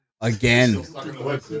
Again